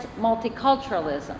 multiculturalism